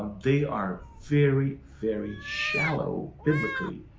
they are very, very shallow biblically,